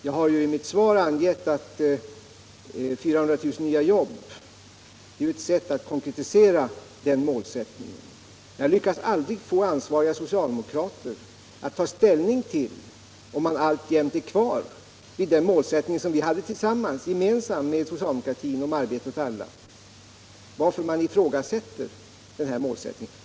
Jag har ju i mitt svar angett att 400 000 nya jobb är ett sätt att konkretisera den målsättningen. Men jag lyckas aldrig få ansvariga socialdemokrater att ta ställning till om man alltjämt är kvar vid den målsättning som vi hade gemensam med socialdemokratin om arbete åt alla, och varför man tycks ifrågasätta den målsättningen.